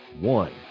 one